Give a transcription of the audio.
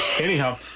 Anyhow